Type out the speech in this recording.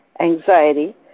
anxiety